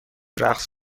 رقص